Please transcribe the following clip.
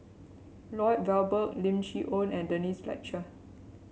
Lloyd Valberg Lim Chee Onn and Denise Fletcher